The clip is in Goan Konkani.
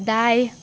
दाय